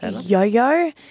Yo-yo